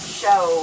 show